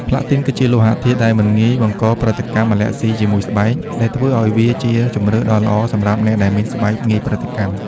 ផ្លាទីនគឺជាលោហៈធាតុដែលមិនងាយបង្កប្រតិកម្មអាឡែហ្ស៊ីជាមួយស្បែក ដែលធ្វើឱ្យវាជាជម្រើសដ៏ល្អសម្រាប់អ្នកដែលមានស្បែកងាយប្រតិកម្ម។